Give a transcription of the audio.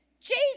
Jesus